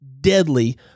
deadly